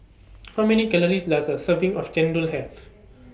How Many Calories Does A Serving of Chendol Have